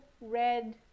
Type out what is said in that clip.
red